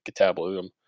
catabolism